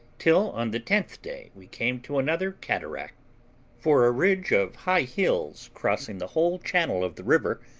till on the tenth day we came to another cataract for a ridge of high hills crossing the whole channel of the river,